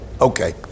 okay